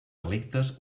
electes